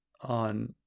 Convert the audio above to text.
on